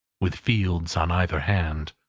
with fields on either hand.